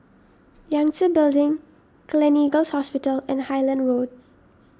Yangtze Building Gleneagles Hospital and Highland Road